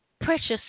precious